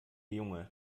junge